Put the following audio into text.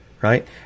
right